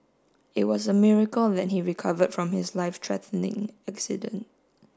it was a miracle that he recovered from his life threatening accident